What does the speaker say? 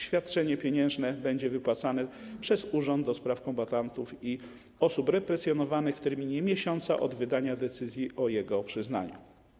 Świadczenie pieniężne będzie wypłacane przez Urząd do Spraw Kombatantów i Osób Represjonowanych w terminie miesiąca od dnia wydania decyzji o jego przyznaniu.